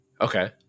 Okay